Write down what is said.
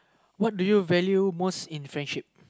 what do you value most in friendship